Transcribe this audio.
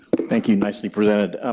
thank you. nicely presented.